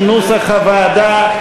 כנוסח הוועדה.